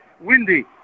Windy